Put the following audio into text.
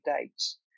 dates